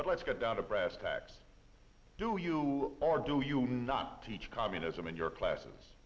but let's get down to brass tacks do you or do you not teach communism in your classes